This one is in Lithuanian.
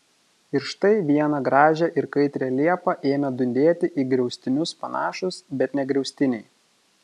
ir štai vieną gražią ir kaitrią liepą ėmė dundėti į griaustinius panašūs bet ne griaustiniai